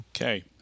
Okay